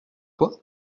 toi